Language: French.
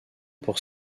pour